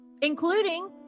Including